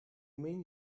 mean